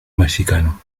mexicano